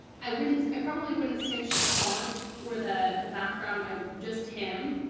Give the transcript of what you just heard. i wouldn't i probably wouldn't stitch the font or the the background i just him